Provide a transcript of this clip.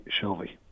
Shelby